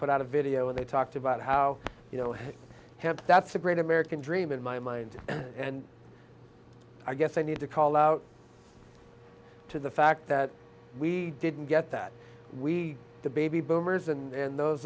put out a video and they talked about how you know him that's the great american dream in my mind and i guess i need to call out to the fact that we didn't get that we the baby boomers and those